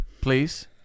Please